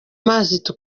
mazi